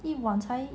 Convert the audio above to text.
一碗才